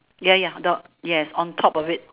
ya ya the yes on top of it